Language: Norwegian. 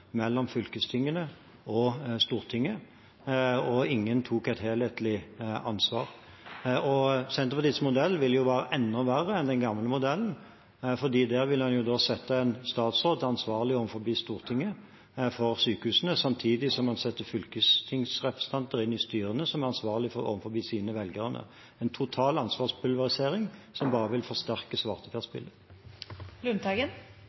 mellom fylkestingene og Stortinget om hvem som hadde ansvaret for sykehusene, og ingen tok et helhetlig ansvar. Senterpartiets modell vil være enda verre enn den gamle modellen, for der vil en jo sette en statsråd ansvarlig overfor Stortinget for sykehusene, samtidig som en setter fylkestingsrepresentanter inn i styrene som er ansvarlige overfor sine velgere – en total ansvarspulverisering som bare vil forsterke